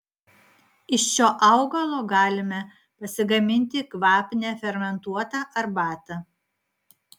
iš šio augalo galime pasigaminti kvapnią fermentuotą arbatą